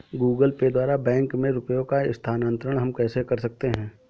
Google Pay द्वारा bank में रुपयों का स्थानांतरण हम कैसे कर सकते हैं?